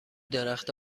درخت